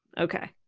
Okay